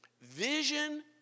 Vision